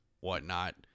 whatnot